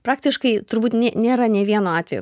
praktiškai turbūt nė nėra nei vieno atvejo